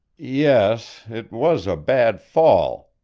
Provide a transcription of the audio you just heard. yes it was a bad fall,